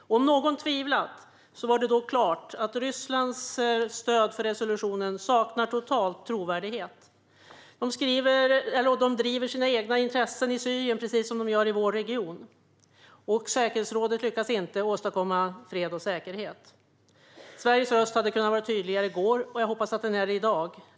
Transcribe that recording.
Om någon tvivlat stod det då klart att Rysslands stöd för resolutionen totalt saknar trovärdighet. De driver sina egna intressen i Syrien, precis som de gör i vår region, och säkerhetsrådet lyckas inte åstadkomma fred och säkerhet. Sveriges röst hade kunnat vara tydligare i går, och jag hoppas att den är det i dag.